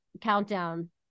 countdown